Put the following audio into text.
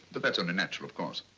but that's only natural of course.